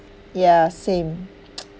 yeah same